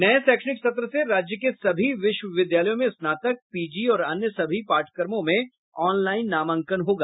नये शैक्षणिक सत्र से राज्य के सभी विश्वविद्यालयों में स्नातक पीजी और अन्य सभी पाठयक्रमों में ऑनलाईन नामांकन होगा